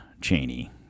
Cheney